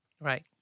Right